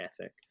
ethic